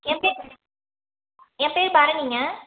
ஏன் பேர் ஏன் பேர் பரணிங்க